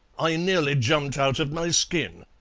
i nearly jumped out of my skin!